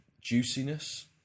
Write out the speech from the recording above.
juiciness